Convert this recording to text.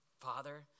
Father